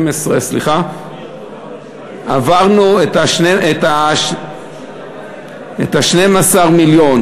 עברנו את 12 המיליון.